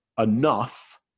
enough